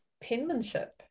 penmanship